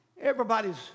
Everybody's